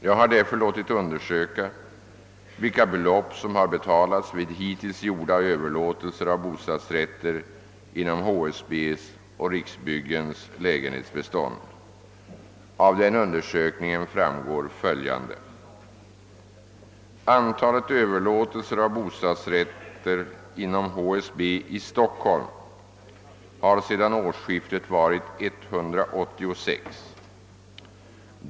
Jag har därför låtit undersöka vilka belopp som betalats vid hittills gjorda överlåtelser av bostadsrätter inom HSB:s och Riksbyggens lägenhetsbestånd. Av denna undersökning framgår bl.a. följande. Antalet överlåtelser av bostadsrätter inom HSB i Stockholm har sedan årsskiftet varit 186.